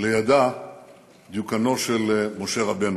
ולידה דיוקנו של משה רבנו.